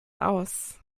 aus